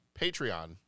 Patreon